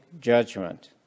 judgment